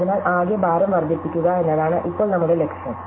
അതിനാൽ ആകെ വെയ്റ്റ് വർദ്ധിപ്പിക്കുക എന്നതാണ് ഇപ്പോൾ നമ്മുടെ ലക്ഷ്യം